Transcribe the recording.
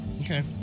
Okay